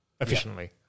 efficiently